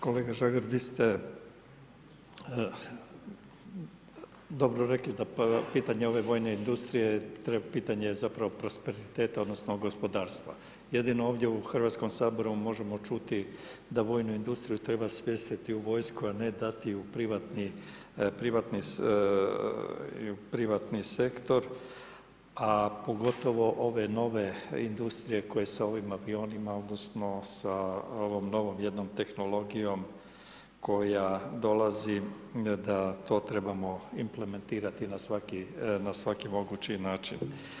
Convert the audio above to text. Kolega Žagar, vi ste dobro rekli da pitanje ove vojne industrije je pitanje zapravo prosperiteta odnosno gospodarstva, jedino ovdje u Hrvatskom saboru možemo čuti da vojnu industriju treba smjestiti u vojsku a ne dati u privatni sektor a pogotovo ove nove industrije koje se ovim ... odnosno sa novom jednom tehnologijom koja dolazi da to trebamo implementirati na svaki mogući način.